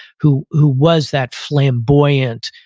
who who was that flamboyant,